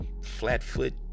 flat-foot